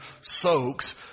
soaked